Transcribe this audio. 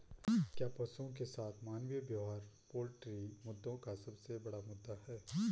क्या पशुओं के साथ मानवीय व्यवहार पोल्ट्री मुद्दों का सबसे बड़ा मुद्दा है?